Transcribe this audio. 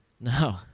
No